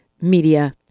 media